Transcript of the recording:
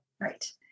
Right